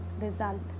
result